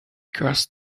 crossed